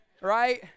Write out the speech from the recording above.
right